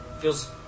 feels